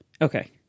Okay